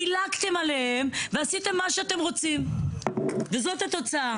דילגתם עליהם ועשיתם מה שאתם רוצים וזאת התוצאה.